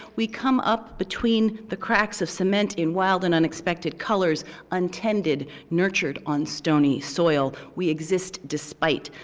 we come up between the cracks of cement in wild and unexpected colors untended, nurtured on stony soil. we exist despite.